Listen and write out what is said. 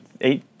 eight